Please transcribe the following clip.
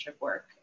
work